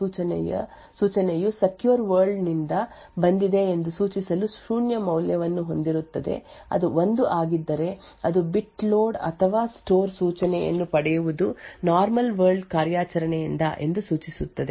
store ಕಾರ್ಯಾಚರಣೆಯ load ಅಥವಾ ವಿನಂತಿಸಿದ ಸೂಚನೆಯು ಸೆಕ್ಯೂರ್ ವರ್ಲ್ಡ್ ನಿಂದ ಬಂದಿದೆ ಎಂದು ಸೂಚಿಸಲು ಶೂನ್ಯ ಮೌಲ್ಯವನ್ನು ಹೊಂದಿರುತ್ತದೆ ಅದು 1 ಆಗಿದ್ದರೆ ಅದು ಬಿಟ್ ಲೋಡ್ ಅಥವಾ ಸ್ಟೋರ್ ಸೂಚನೆಯನ್ನು ಪಡೆಯುವುದು ನಾರ್ಮಲ್ ವರ್ಲ್ಡ್ ಕಾರ್ಯಾಚರಣೆಯಿಂದ ಎಂದು ಸೂಚಿಸುತ್ತದೆ